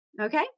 Okay